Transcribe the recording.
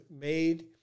made